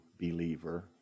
believer